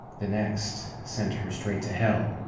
the next sent her straight to hell,